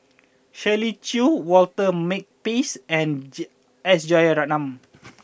Shirley Chew Walter Makepeace and S Rajaratnam